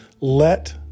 Let